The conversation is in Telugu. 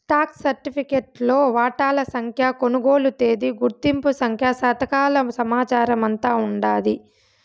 స్టాక్ సరిఫికెట్లో వాటాల సంఖ్య, కొనుగోలు తేదీ, గుర్తింపు సంఖ్య, సంతకాల సమాచారమంతా ఉండాది